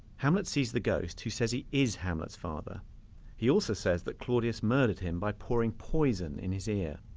hamlet sees the ghost, who says he is hamlet's father he also says that claudius murdered him by pouring poison in his ear